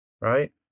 Right